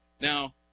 Now